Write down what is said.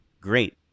great